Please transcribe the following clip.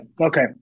Okay